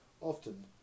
often